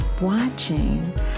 watching